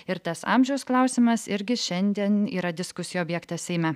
ir tas amžiaus klausimas irgi šiandien yra diskusijų objektas seime